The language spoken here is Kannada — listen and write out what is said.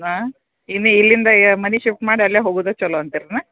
ಆಂ ಇನ್ನು ಇಲ್ಲಿಂದ ಯ ಮನೆ ಶಿಫ್ಟ್ ಮಾಡಿ ಅಲ್ಲೇ ಹೋಗೋದು ಚಲೋ ಅಂತೀರಾ ಏನು